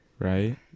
Right